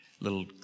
little